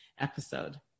episode